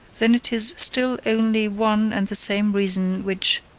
then it is still only one and the same reason which,